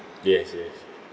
yes yes